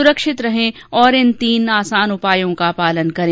सुरक्षित रहें और इन तीन आसान उपायों का पालन करें